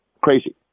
crazy